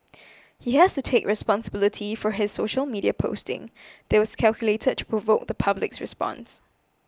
he has to take responsibility for his social media posting that was calculated to provoke the public's response